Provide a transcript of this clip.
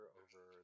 over